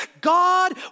God